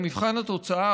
במבחן התוצאה,